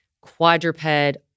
quadruped